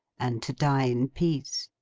and to die in peace.